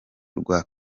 rwa